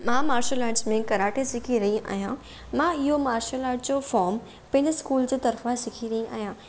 मां martial arts में karate सिखी रही आहियां मां इहो मार्शल आट जो फ़ॉम पंहिंजे स्कूल जी तरफ़ा सिखी रही आहियां